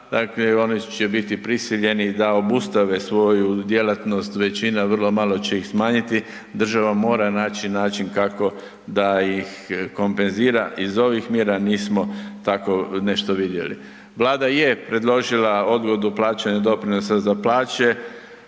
dakle oni će biti prisiljeni da obustave svoju djelatnost, većina, vrlo malo će ih smanjiti, država mora naći način kako da ih kompenzira, iz ovih mjera nismo tako nešto vidjeli. Vlada je predložila odgodu plaćanja doprinosa za plaće.